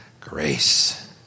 grace